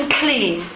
clean